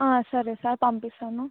సరే సార్ పంపిస్తాను